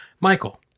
Michael